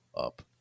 up